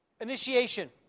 Initiation